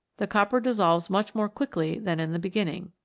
the copper dissolves much more quickly than in the beginning.